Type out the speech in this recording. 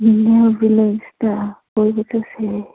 ꯕꯤꯂꯦꯖꯇ ꯀꯣꯏꯕ ꯆꯠꯁꯦ